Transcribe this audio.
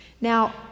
Now